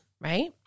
right